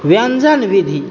व्यंजन विधि